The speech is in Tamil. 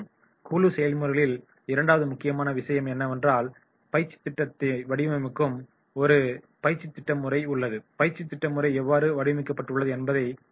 குழு செயல்முறைகளில் இரண்டாவது முக்கியமான விஷயம் என்னவென்றால் பயிற்சித் திட்டத்தை வடிவமைக்கும் ஒரு பயிற்சித் திட்டமுறை உள்ளது பயிற்சித் திட்டமுறை எவ்வாறு வடிவமைக்கப்பட்டுள்ளது என்பதை பற்றியதாகும்